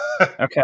Okay